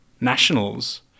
nationals